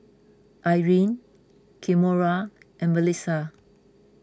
Irena Kimora and Mellisa